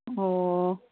ꯑꯣ